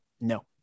No